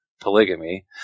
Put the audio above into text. polygamy